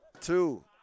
two